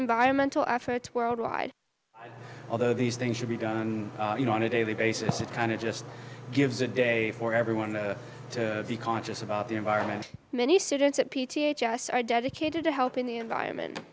environmental efforts worldwide although these things should be done and you know on a daily basis it kind of just gives a day for everyone to be conscious about the environment many students at p t a just are dedicated to helping the environment